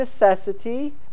necessity